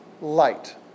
light